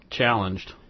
challenged